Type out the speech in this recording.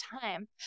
time